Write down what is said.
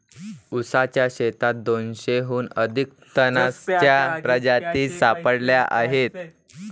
ऊसाच्या शेतात दोनशेहून अधिक तणांच्या प्रजाती सापडल्या आहेत